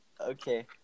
Okay